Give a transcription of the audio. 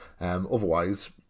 Otherwise